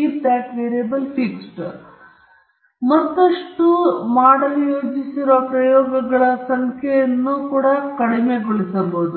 ಮತ್ತು ನೀವು ಮತ್ತಷ್ಟು ಮಾಡಲು ಯೋಜಿಸಿರುವ ಪ್ರಯೋಗಗಳ ಸಂಖ್ಯೆಯನ್ನು ಕೂಡ ಕಡಿಮೆಗೊಳಿಸಬಹುದು